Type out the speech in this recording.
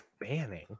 Banning